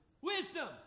Wisdom